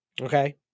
okay